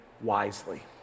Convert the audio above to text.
wisely